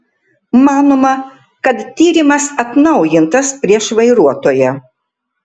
manoma kad tyrimas atnaujintas prieš vairuotoją